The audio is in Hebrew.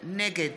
נגד